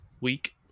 week